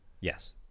Yes